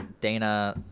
dana